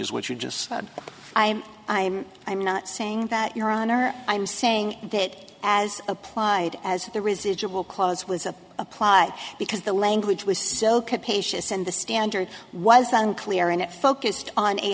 is what you just said i'm i'm i'm not saying that your honor i'm saying that as applied as the residual clause was a apply because the language was so capacious and the standard was unclear and it focused on a